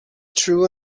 true